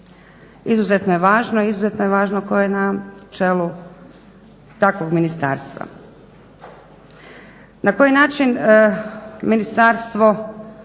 izuzetno je važno ko je na čelu takvog ministarstva. Na koji način ministarstvo